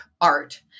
art